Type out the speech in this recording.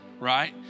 right